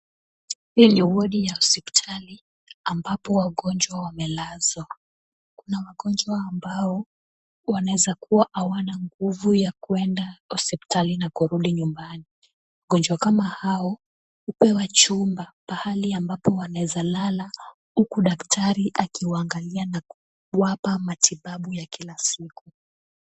Hii ni wodi ya hospitali ambapo wagonjwa wamelazwa. Kuna wagonjwa ambao wanaweza kuwa hawana nguvu ya kwenda hospitali na kurudi nyumbani. Wagonjwa kama hao hupewa chumba pahali ambapo wanaweza lala huku daktari akiwaangalia na kuwapa matibabu ya kila siku.